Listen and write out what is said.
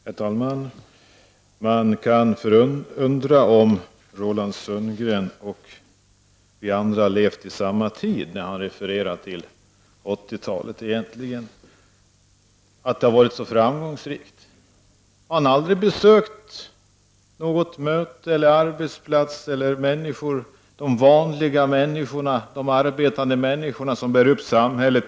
Herr talman! Man kan undra om Roland Sundgren och vi andra levt i samma tid när man hör honom referera till att 1980-talet har varit så framgångsrikt. Har han aldrig besökt något möte eller någon arbetsplats och mött de vanliga arbetande människorna som bär upp samhället?